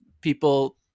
people